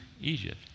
Egypt